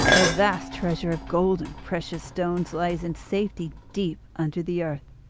a vast treasure of gold and precious stones lies in safety deep under the earth.